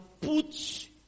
put